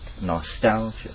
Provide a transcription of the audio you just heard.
nostalgia